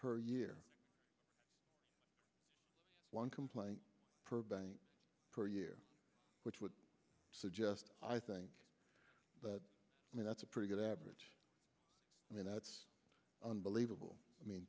per year one complaint for bank per year which would suggest i think that's a pretty good average i mean that's unbelievable i mean